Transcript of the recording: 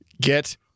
get